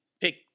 pick